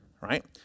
right